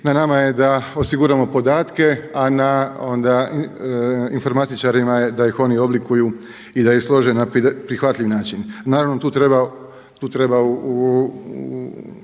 Na nama je da osiguramo podatke, a na onda informatičarima da ih oni odlikuju i da ih slože na prihvatljiv način. Naravno tu treba